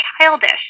Childish